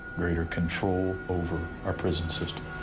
greater control over our prison system.